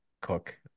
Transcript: cook